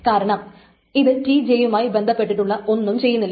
കാരണം ഇത് Tj യുമായി ബന്ധപ്പെട്ടിട്ടുള്ള ഒന്നും ചെയ്യുന്നില്ല